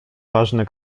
ważne